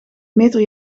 meter